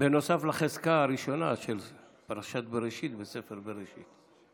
נוסף לחזקה הראשונה של פרשת בראשית בספר בראשית.